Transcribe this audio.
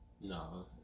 No